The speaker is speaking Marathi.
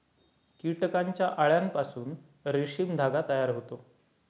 कीटकांच्या अळ्यांपासून रेशीम धागा तयार होतो